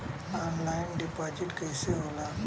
Online deposit कैसे होला?